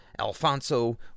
Alfonso